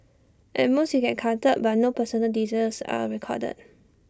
at most you get carded but no personal details are recorded